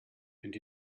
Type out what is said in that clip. and